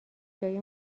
جای